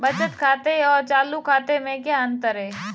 बचत खाते और चालू खाते में क्या अंतर है?